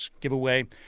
giveaway